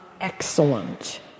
excellent